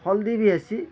ହଲଦୀ ବି ହେସିଁ